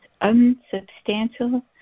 unsubstantial